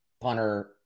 punter